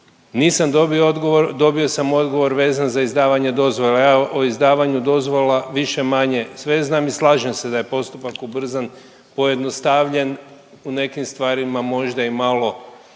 Nisam dobio odgovor, dobio sam odgovor vezan za izdavanje dozvola, a ja o izdavanju dozvola više-manje sve znam i slažem se da je postupak ubrzan, pojednostavljen u nekim stvarima možda i malo